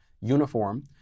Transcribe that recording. uniform